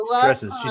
dresses